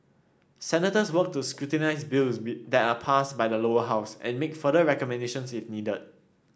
senators work to scrutinise bills be that are passed by the Lower House and make further recommendations if needed